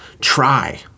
try